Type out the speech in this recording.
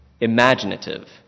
imaginative